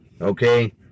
okay